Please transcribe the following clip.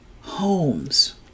homes